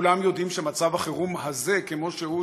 כולם יודעים שמצב החירום הזה כמו שהוא,